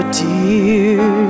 dear